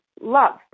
love